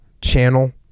channel